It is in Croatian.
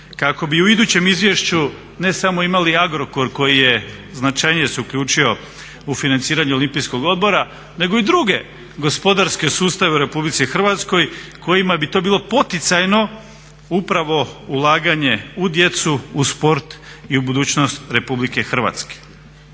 kako bi u idućem izvješću ne samo imali Agrokor koji je značajnije su uključio u financiranje olimpijskog odbora nego i druge gospodarske sustave u Republici Hrvatskoj kojima bi to bilo poticajno upravo ulaganje u djecu, u sport i u budućnost Republike Hrvatske.